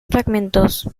fragmentos